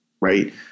right